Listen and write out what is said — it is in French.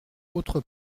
autre